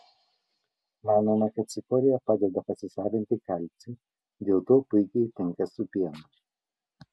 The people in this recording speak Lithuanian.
manoma kad cikorija padeda pasisavinti kalcį dėl to puikiai tinka su pienu